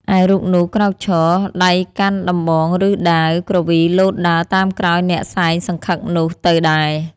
ឯរូបនោះ ក្រោកឈរ ដៃកាន់ដំបង ឬ ដាវ គ្រវីលោតដើរតាមក្រោយអ្នកសែងសង្ឃឹកនោះទៅដែរ ។